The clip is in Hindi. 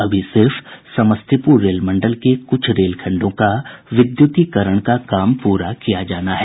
अभी सिर्फ समस्तीपुर रेल मंडल के कुछ रेलखंडों का विद्युतीकरण का काम पूरा किया जाना है